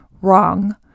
wrong